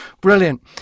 Brilliant